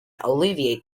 alleviate